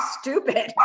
stupid